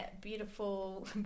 beautiful